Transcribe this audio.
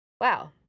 wow